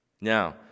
Now